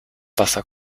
wasser